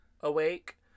awake